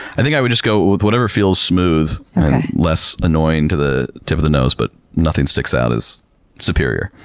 i think i would just go with whatever feels smooth and less annoying to the tip of the nose, but nothing sticks out as superior.